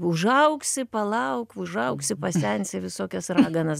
užaugsi palauk užaugsi pasensi visokias raganas